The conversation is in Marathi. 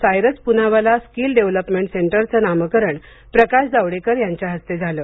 सायरस पुनावाला स्किल डेव्हलपमेंट सेंटरचे नामकरण प्रकाश जावडेकर यांच्या हस्ते झाले